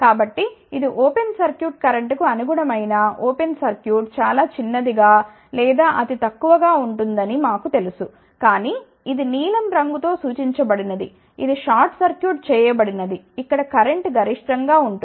కాబట్టి ఇది open circuit కరెంట్కు అనుగుణమైన ఓపెన్ సర్క్యూట్ చాలా చిన్నదిగా లేదా అతితక్కువ గా ఉంటుందని మాకు తెలుసు ఇది నీలం రంగు తోసూచించబడినది ఇది షార్ట్ సర్క్యూట్ చేయబడి నది ఇక్కడ కరెంట్ గరిష్టంగా ఉంటుంది